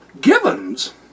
givens